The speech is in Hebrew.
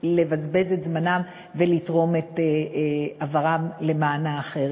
לבזבז את זמנם ולתרום איבר למען אחר.